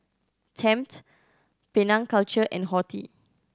Tempt Penang Culture and Horti